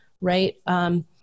right